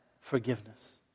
forgiveness